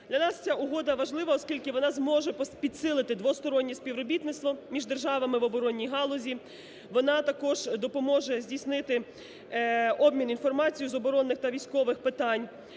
Для нас ця Угода важлива, оскільки вона зможе підсилити двостороннє співробітництво між державами в оборонній галузі. Вона також допоможе здійснити обмін інформацією з оборонних та військових питань.